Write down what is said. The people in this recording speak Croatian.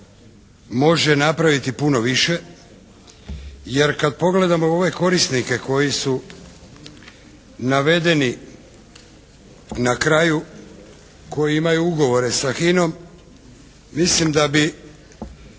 može napraviti puno više jer kad pogledamo ove korisnike koji su navedeni na kraju, koji imaju ugovore sa HINA-om mislim da bi